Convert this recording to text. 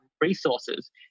resources